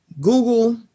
Google